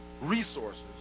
resources